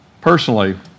Personally